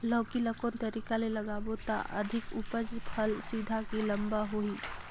लौकी ल कौन तरीका ले लगाबो त अधिक उपज फल सीधा की लम्बा होही?